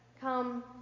come